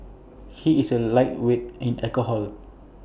he is A lightweight in alcohol